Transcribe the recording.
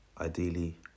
ideally